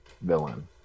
villain